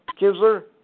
Kinsler